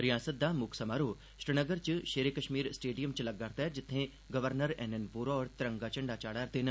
रिआसत दा मुक्ख समारोह श्रीनगर च शेरे कश्मीर स्टेडियम च लग्गा'रदा ऐ जित्थें गवर्नर एन एन वोहरा होर तिरंगा चाढ़ा'रदे न